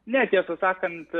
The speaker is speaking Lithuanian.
ne tiesą sakant